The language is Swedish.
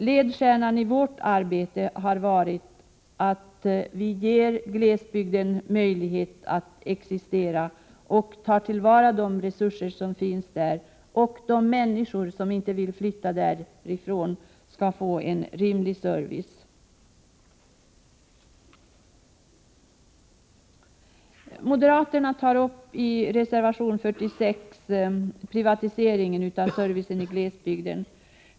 Ledstjärnan för vårt arbete har varit att ge glesbygden möjlighet att existera och ta vara på de resurser som där finns och att ge människor som inte vill flytta därifrån en rimlig service. Moderaterna tar i reservation 46 upp privatiseringen av servicen i glesbygden.